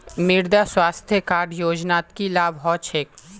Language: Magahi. मृदा स्वास्थ्य कार्ड योजनात की लाभ ह छेक